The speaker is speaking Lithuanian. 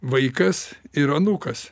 vaikas ir anūkas